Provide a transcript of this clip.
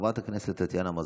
חברת הכנסת טטיאנה מזרסקי.